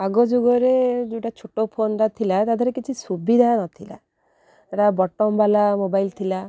ଆଗ ଯୁଗରେ ଯୋଉଟା ଛୋଟ ଫୋନ୍ଟା ଥିଲା ତା'ଦେହରେ କିଛି ସୁବିଧା ନଥିଲା ତା ବଟନ୍ ବାଲା ମୋବାଇଲ୍ ଥିଲା